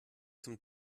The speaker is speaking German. zum